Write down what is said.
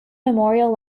memorial